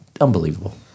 Unbelievable